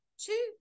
two